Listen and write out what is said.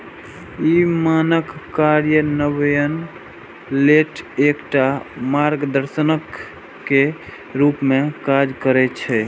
ई मानक कार्यान्वयन लेल एकटा मार्गदर्शक के रूप मे काज करै छै